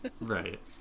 Right